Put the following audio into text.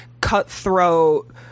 cutthroat